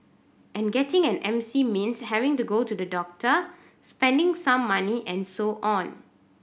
and getting an M C means having to go to the doctor spending some money and so on